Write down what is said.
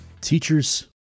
Teachers